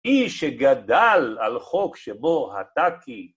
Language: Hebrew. אי שגדל על חוק שבו הטאקי